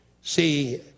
See